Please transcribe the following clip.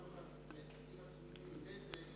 היו לך הישגים עצומים עם "בזק",